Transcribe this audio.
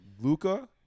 Luca